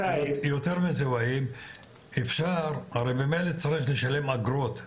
יותר מזה והיב, הרי במילא צריך לשלם אגרות,